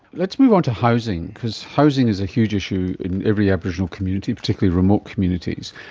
let's move onto housing because housing is a huge issue in every aboriginal community, particularly remote communities.